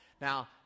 Now